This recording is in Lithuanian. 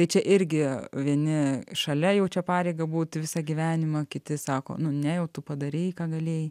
tai čia irgi vieni šalia jaučia pareigą būti visą gyvenimą kiti sako nu ne jau tu padarei ką galėjai